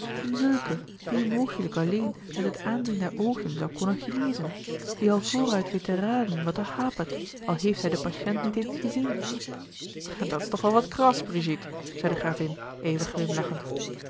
een zulke die u mogelijk alleen met het aanzien der oogen zou konnen genezen die al vooruit weet te raden wat er hapert al heeft hij den patiënt niet eens gezien dat's toch wel wat kras brigitte zeî de gravin even glimlachend